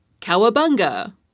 cowabunga